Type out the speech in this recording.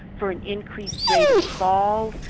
for an increased rate of falls.